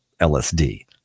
LSD